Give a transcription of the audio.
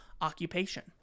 occupation